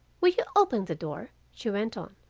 will you open the door she went on,